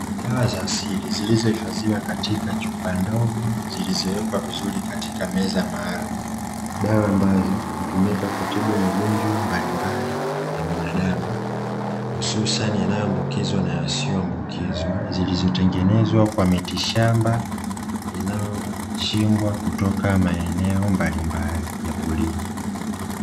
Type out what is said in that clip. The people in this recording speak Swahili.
Dawa za asili zilizohifadhiwa katika chupa ndogo zilizowekwa vizuri katika mazingira maalumu zinazotumika kutibu magonjwa mbalimbali ya binadamu hususani yanayoambukizwa na yasiyoambukizwa, zilizotengenezwa kwa miti shamba inayochimbwa kutoka maeneo mbaimbali ya porini.